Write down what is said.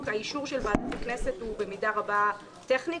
האישור של ועדת הכנסת הוא במידה רבה טכני,